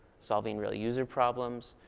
solving real user problems.